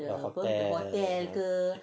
hotel